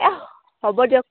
এহ হ'ব দিয়ক